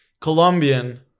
Colombian